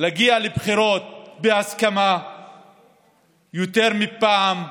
להגיע לבחירות בהסכמה יותר מפעם.